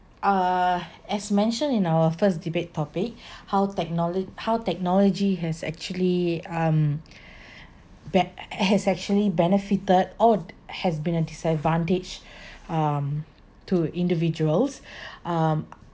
err as mentioned in our first debate topic how technolo~ how technology has actually um be~ has actually benefited or has been a disadvantage um to individuals um